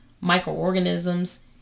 microorganisms